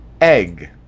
egg